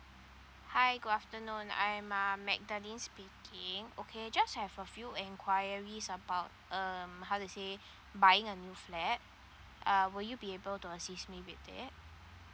hi good afternoon I'm uh madeline speaking okay just have a few enquiries about um how to say buying a new flat uh will you be able to assist me with it